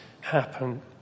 happen